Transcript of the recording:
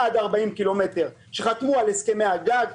של עד 40 קילומטרים שחתמו על הסכמי הגג.